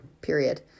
period